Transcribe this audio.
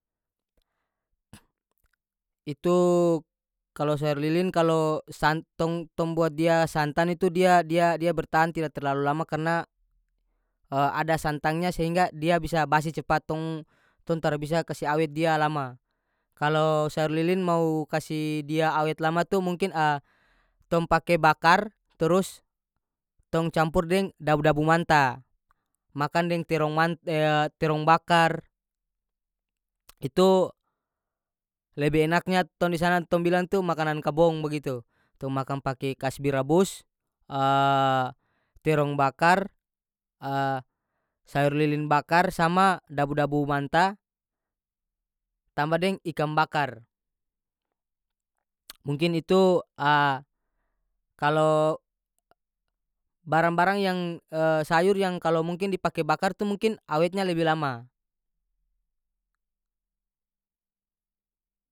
Itu kalo sayur lilin kalo san tong- tong buat dia santan itu dia dia- dia bertahan tida terlalu lama karena ada santangnya sehingga dia bisa basi cepat tong- tong tara bisa kase awet dia lama kalo sayur lilin mau kasi dia awet lama tu mungkin tong pake bakar turus tong campur deng dabu-dabu manta makan deng terong man eya terong bakar itu lebe enaknya ton di sana tong bilang tu makanan kabong bagitu tong makan pake kasbi rabus terong bakar sayur lilin bakar sama dabu-dabu manta tamba deng ikam bakar mungkin itu kalo barang-barang yang sayur yang kalo mungkin dipake bakar tu mungkin awetnya lebi lama.